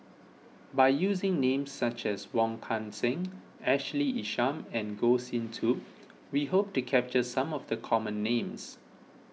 by using names such as Wong Kan Seng Ashley Isham and Goh Sin Tub we hope to capture some of the common names